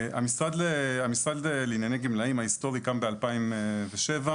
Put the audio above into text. המשרד לענייני גמלאים ההיסטורי קם ב-2007.